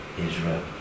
Israel